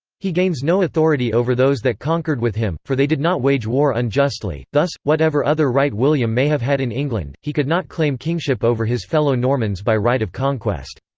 he gains no authority over those that conquered with him, for they did not wage war unjustly thus, whatever other right william may have had in england, he could not claim kingship over his fellow normans by right of conquest.